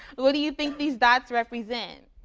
what do you think these dots represent?